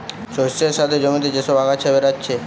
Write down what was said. শস্যের সাথে জমিতে যে সব আগাছা বেরাচ্ছে